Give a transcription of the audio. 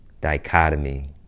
dichotomy